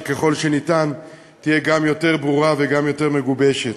שככל האפשר תהיה גם יותר ברורה וגם יותר מגובשת.